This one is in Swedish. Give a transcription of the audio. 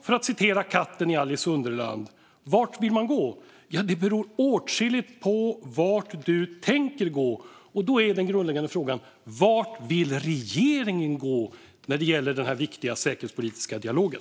För att säga ungefär som katten i Alice i Underlandet : Vart vill man gå? Ja, det beror åtskilligt på vart man vill komma. Då är den grundläggande frågan: Vart vill regeringen gå när det gäller den här viktiga säkerhetspolitiska dialogen?